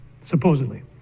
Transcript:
supposedly